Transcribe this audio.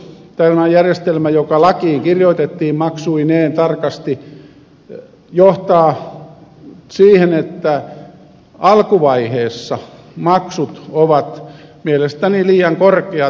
tämä järjestelmä joka lakiin kirjoitettiin maksuineen tarkasti johtaa siihen että alkuvaiheessa maksut ovat mielestäni liian korkeat